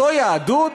זו יהדות?